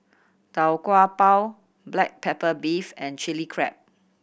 Tau Kwa Pau black pepper beef and Chili Crab